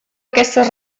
aquestes